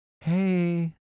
hey